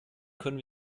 können